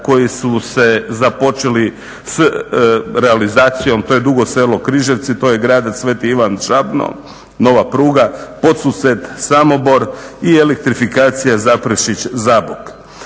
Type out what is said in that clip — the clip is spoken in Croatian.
koji su započeli s realizacijom, to je Dugo Selo-Križevci, to je Gradec-sv. Ivan Žabno nova pruga, Podsused-Samobor i elektrifikacija Zaprešić-Zabok.